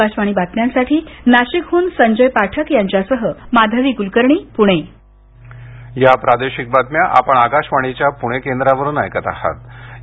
आकाशवाणी बातम्यांसाठी नाशिकहून संजय पाठक यांच्यासह माधवी कुलकर्णी पुणे या प्रादेशिक बातम्या आकाशवाणीच्या प्णे केंद्रावरून प्रसारित करण्यात आल्या